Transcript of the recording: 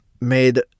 made